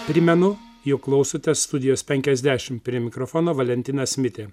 primenu jog klausotės studijos penkiasdešim prie mikrofono valentinas mitė